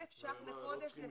1,000 ש"ח בחודש לשכירות.